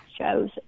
shows